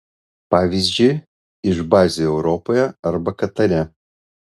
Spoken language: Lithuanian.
pavyzdžiui iš bazių europoje arba katare